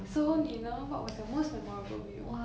so 你呢 what was your most memorable meal